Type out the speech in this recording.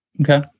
Okay